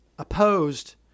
opposed